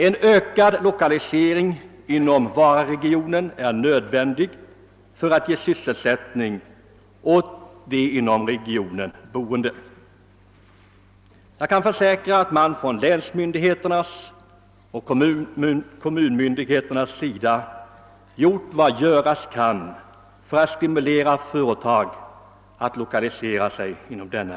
En ökad lokalisering inom Vararegionen är nödvändig för att bereda sysselsättning åt dem som bor där, och jag kan försäkra att man från länsmyndigheternas och kommunmyndigheternas sida gjort vad som göras kan för att stimulera företag att 1okalisera inom regionen.